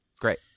Great